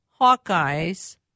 Hawkeyes